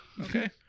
okay